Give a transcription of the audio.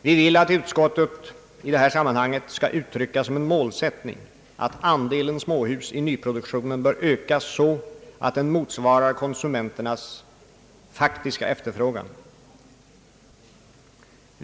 Vi vill att utskottet i det här sammanhanget skall uttrycka som en målsättning att andelen småhus i nyproduktionen bör ökas så att den motsvarar konsumenternas faktiska efterfrågan.